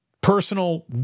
personal